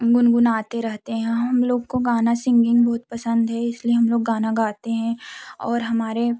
गुनगुनाते रहते हैं हम लोग को गाना सिंगिंग बहुत पसंद है इसलिए हम लोग गाना गाते हैं और हमारे